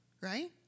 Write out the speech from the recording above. right